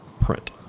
print